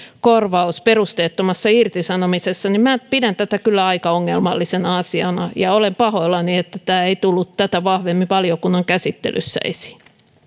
korvaus perusteettomasta irtisanomisesta niin minä pidän tätä kyllä aika ongelmallisena asiana ja olen pahoillani että tämä ei tullut tätä vahvemmin valiokunnan käsittelyssä esiin